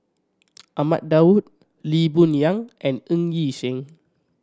Ahmad Daud Lee Boon Yang and Ng Yi Sheng